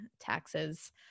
taxes